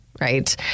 right